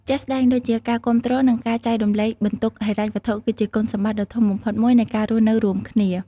ជាក់ស្ដែងដូចជា ការគាំទ្រ ឬការចែករំលែកបន្ទុកហិរញ្ញវត្ថុ គឺជាគុណសម្បត្តិដ៏ធំបំផុតមួយនៃការរស់នៅរួមគ្នា។